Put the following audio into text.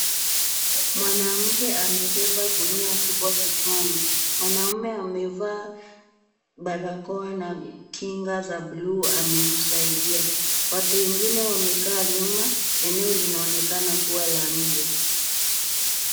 Mwanamke amebeba gunia kubwa kichwani. Mwanaume amevaa barakoa na kinga za buluu amemsaidia. Watu wengine wamekaa nyuma eneo linaonekana kuwa la nje.